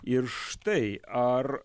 ir štai ar